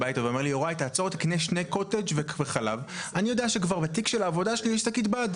אבל הקנייה המזדמנת היא במכולת השכונתית.